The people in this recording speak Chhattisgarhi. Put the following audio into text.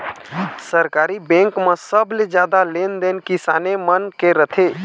सहकारी बेंक म सबले जादा लेन देन किसाने मन के रथे